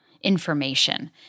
information